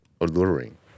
alluring